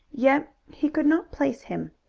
yet he could not place him.